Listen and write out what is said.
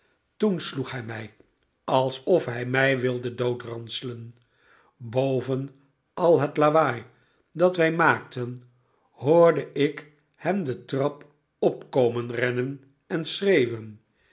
toen sloeg hij mij alsof hij mij wilde doodranselen boven al het lawaai dat wij maakten hoorde ik hen de trap op komen rennen en schreeuwen